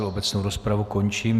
Obecnou rozpravu končím.